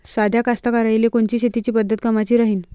साध्या कास्तकाराइले कोनची शेतीची पद्धत कामाची राहीन?